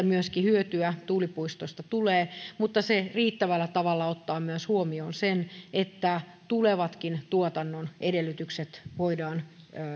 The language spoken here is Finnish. myöskin hyötyä tuulipuistoista tulee mutta se riittävällä tavalla ottaa huomioon myös sen että tulevatkin tuotannon edellytykset voidaan